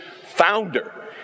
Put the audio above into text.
founder